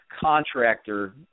contractor